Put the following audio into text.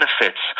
benefits